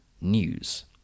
news